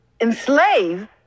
enslave